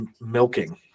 milking